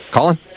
Colin